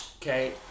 Okay